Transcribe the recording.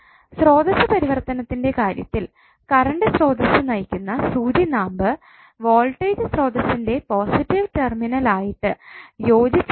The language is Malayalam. സ്രോതസ്സ് പരിവർത്തനത്തിൻറെ കാര്യത്തിൽ കറണ്ട് സ്രോതസ്സ് നയിക്കുന്ന സൂചിനാമ്പ് വോൾടേജ് സ്രോതസ്സ്സിൻറെ പോസിറ്റീവ് ടെർമിനൽ ആയിട്ട് യോജിച്ചിരിക്കുന്നു